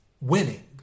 winning